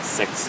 six